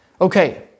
Okay